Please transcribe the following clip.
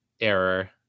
error